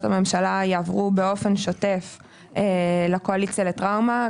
הממשלה יעברו באופן שוטף לקואליציה לטראומה,